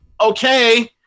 okay